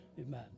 Amen